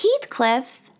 Heathcliff